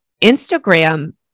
Instagram